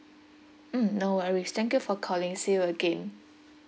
mm no worries thank you for calling see you again